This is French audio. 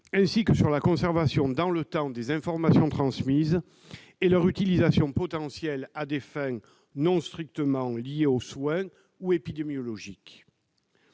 sujet -, et de conservation dans le temps des informations transmises, voire de leur utilisation potentielle à des fins non strictement liées aux soins ou épidémiologiques.